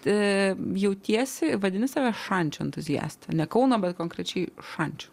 e jautiesi vadini save šančių entuziaste ne kauno bet konkrečiai šančių